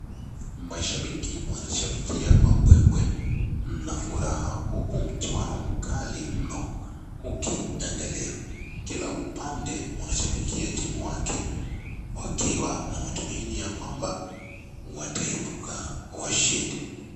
Mashambiki wanashambikia kwa mbwembwe na furaha uku mchuano mkali mno ukiendelea. Kila upande wanashambikia timu wake wakiwa na matumaini ya kwamba wataimbuka washindi.